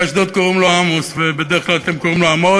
כאדם שמגייר אותך, בלי המילה.